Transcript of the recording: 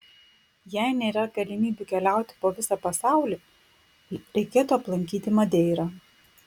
jei nėra galimybių keliauti po visą pasaulį reikėtų aplankyti madeirą